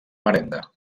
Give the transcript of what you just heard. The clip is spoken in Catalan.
marenda